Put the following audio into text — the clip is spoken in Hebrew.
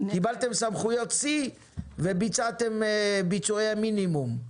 קיבלתם סמכויות שיא וביצעתם ביצועי מינימום.